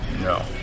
No